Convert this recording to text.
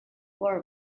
war